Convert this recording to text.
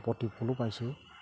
প্ৰতিফলো পাইছো